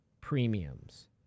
premiums